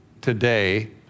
today